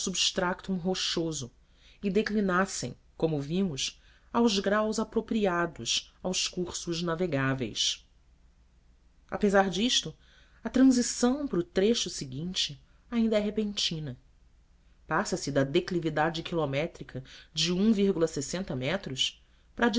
substractum rochoso e declinassem como vimos aos graus apropriados aos cursos navegáveis apesar disto a transição para o trecho seguinte ainda é repentina passa-se da declividade quilométrica de m para